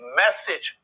message